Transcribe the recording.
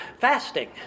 fasting